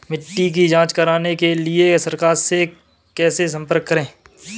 मिट्टी की जांच कराने के लिए सरकार से कैसे संपर्क करें?